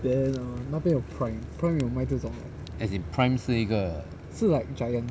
as in Prime 是一个